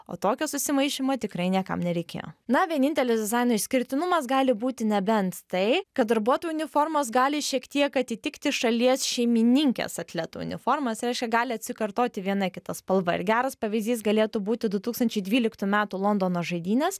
o tokio susimaišymo tikrai niekam nereikėjo na vienintelis dizaino išskirtinumas gali būti nebent tai kad darbuotojų uniformos gali šiek tiek atitikti šalies šeimininkės atletų uniformas reiškia gali atsikartoti viena kita spalva ir geras pavyzdys galėtų būti du tūkstančiai dvyliktų metų londono žaidynės